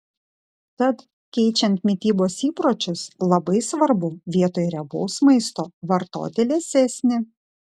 tad keičiant mitybos įpročius labai svarbu vietoj riebaus maisto vartoti liesesnį